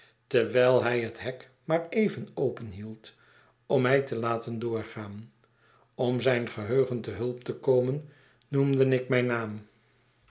terwijl hij het hek maar even openhield om mij te laten doorgaan om zijn geheugen te hulp te komen noemde ik mijn naam